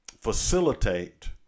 facilitate